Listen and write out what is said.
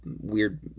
weird